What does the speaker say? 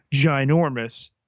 ginormous